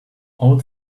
old